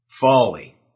folly